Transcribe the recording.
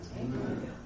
Amen